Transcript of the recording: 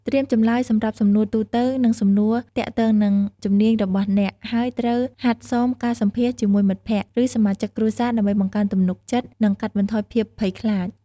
ត្រៀមចម្លើយសម្រាប់សំណួរទូទៅនិងសំណួរទាក់ទងនឹងជំនាញរបស់អ្នកហើយត្រូវហាត់សមការសម្ភាសន៍ជាមួយមិត្តភក្តិ ឬសមាជិកគ្រួសារ ដើម្បីបង្កើនទំនុកចិត្ត និងកាត់បន្ថយភាពភ័យខ្លាច។